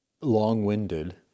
long-winded